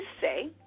say